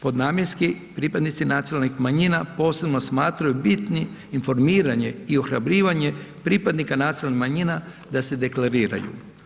Pod namjenski pripadnici nacionalnih manjina posebno smatraju bitni informiranje i ohrabrivanje pripadnika nacionalnih manjina da se dekleriraju.